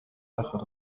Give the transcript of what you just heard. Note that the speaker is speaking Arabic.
آخر